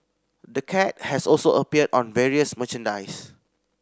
the cat has also appeared on various merchandise